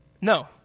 No